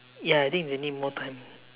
ya I think they need more time